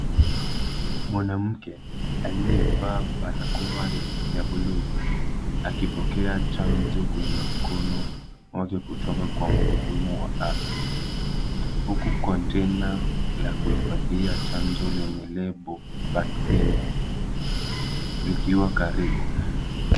Mwanamke aliyevaa barakoa ya blue akipokea chanjo kwenye mkono wake kutoka kwa mhudumu wa afya huku konteina la kuhifadhia chanjo lenye lebo vaccine likiwa karibu.